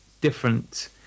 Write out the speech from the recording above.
different